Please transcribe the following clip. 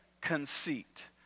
conceit